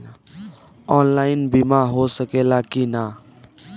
Online बीमा हो सकेला की ना?